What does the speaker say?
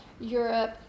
Europe